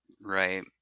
Right